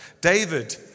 David